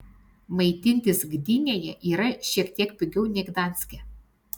maitintis gdynėje yra šiek tiek pigiau nei gdanske